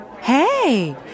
Hey